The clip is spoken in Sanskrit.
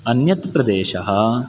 अन्यत्प्रदेशः